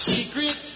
Secret